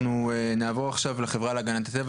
נעבור עכשיו לחברה להגנת הטבע.